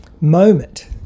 moment